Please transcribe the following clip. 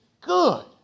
good